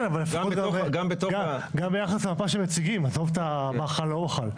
כן, גם ביחס למפה שמציגים, עזוב מה חל או לא חל.